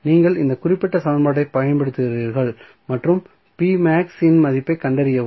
நீங்கள் இந்த குறிப்பிட்ட சமன்பாட்டைப் பயன்படுத்துகிறீர்கள் மற்றும் p max இன் மதிப்பைக் கண்டறியவும்